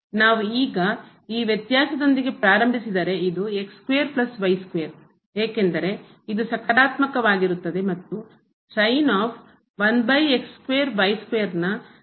ನಾವು ಈಗ ಈ ವ್ಯತ್ಯಾಸದೊಂದಿಗೆ ಪ್ರಾರಂಭಿಸಿದರೆ ಇದು ಏಕೆಂದರೆ ಇದು ಸಕಾರಾತ್ಮಕವಾಗಿರುತ್ತದೆ ಮತ್ತು ನ ಸಂಪೂರ್ಣ ಮೌಲ್ಯವಾಗಿರುತ್ತದೆ